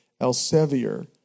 Elsevier